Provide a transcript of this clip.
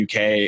UK